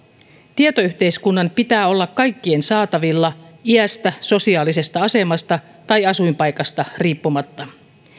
tietoyhteiskunnan pitää olla kaikkien saatavilla iästä sosiaalisesta asemasta tai asuinpaikasta riippumatta